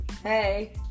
Hey